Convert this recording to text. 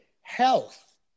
health